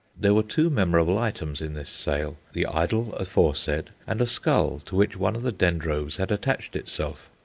there were two memorable items in this sale the idol aforesaid and a skull to which one of the dendrobes had attached itself.